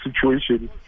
situation